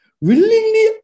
Willingly